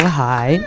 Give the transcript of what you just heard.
hi